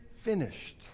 finished